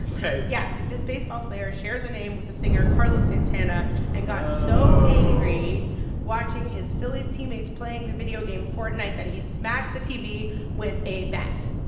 right yeah. this baseball player shares a name with the singer carlos santana and. oh. got so angry watching his phillies teammates playing the video game fortnite that he smashed the tv with a bat.